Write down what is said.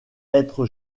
être